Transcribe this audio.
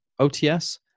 OTS